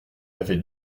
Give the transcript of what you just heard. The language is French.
avait